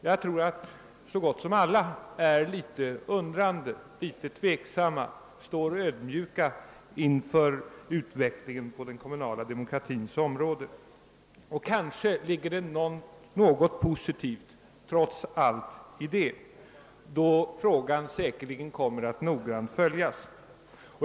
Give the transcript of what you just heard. Jag tror att så gott som alla står litet undrande, litet tveksamma och ödmjuka inför utvecklingen på den kommunala demokratins område. Kanske ligger det trots allt något positivt häri eftersom frågan säkerligen kommer att följas noggrant.